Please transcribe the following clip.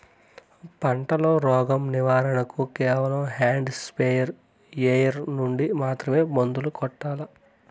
పంట లో, రోగం నివారణ కు కేవలం హ్యాండ్ స్ప్రేయార్ యార్ నుండి మాత్రమే మందులు కొట్టల్లా?